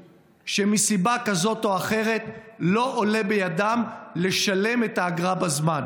שמסיבה כזאת או אחרת לא עולה בידם לשלם את האגרה בזמן.